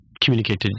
communicated